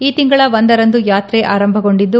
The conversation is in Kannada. ಈ ತಿಂಗಳ ಒಂದರಂದು ಯಾತ್ರೆ ಆರಂಭಗೊಂಡಿದ್ದು